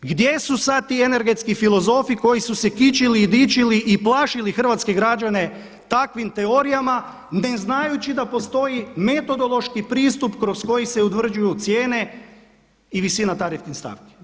Gdje su sada ti energetski filozofi koji su se kičili i dičili i plašili hrvatske građane takvim teorijama ne znajući da postoji metodološki pristup kroz koji se utvrđuju cijene i visina tarifnih stavki.